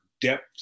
depth